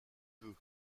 veut